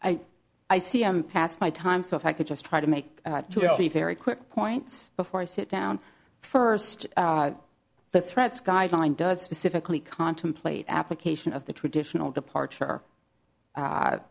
i i see i'm past my time so if i could just try to make two or three very quick points before i sit down first the threats guideline does specific lee contemplate application of the traditional departure